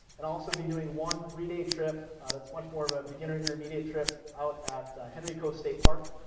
and also be doing one three day trip that's much more a beginner intermediate trip out at henry coe state park.